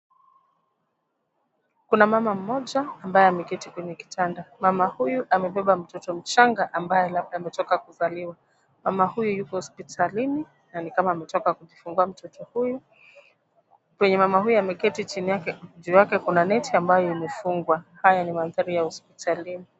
Kuna mama mmoja ambaye ameketi kwenye kitanda. Mama huyu amebeba mtoto mchanga ambaye labda ametoka kuzaliwa. Mama huyu yuko hospitalini na ni kama ametoka kujifungua mtoto huyu. Kwenye mama huyu ameketi chini yake juu yake kuna neti ambayo imefungwa. Haya ni mandhari ya hospitalini.